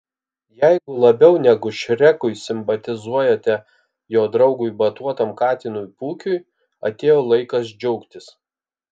jeigu labiau negu šrekui simpatizuojate jo draugui batuotam katinui pūkiui atėjo laikas džiaugtis